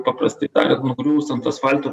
paprastai tariant nugriuvus ant asfalto